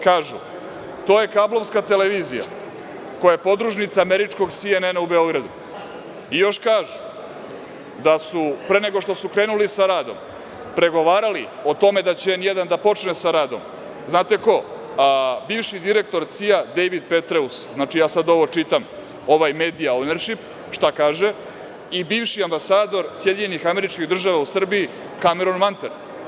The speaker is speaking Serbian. Kažu da je to kablovska televizija koja je podružnica američkog CNN u Beogradu i još kažu da su, pre nego što su krenuli sa radom, pregovarali o tome da će N1 da počne sa radom, znate ko, bivši direktor CIA Dejvid Petreus, znači, sada čitam šta kaže ovaj „Media ownership“, i bivši ambasador SAD u Srbiji Kameron Manter.